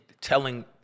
telling